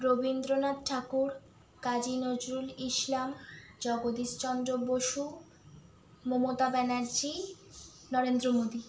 Rabindranath Thakur Kazi Nazrul Islam Jagadish Chandra Bose Mamata Banerjee Narendra Modi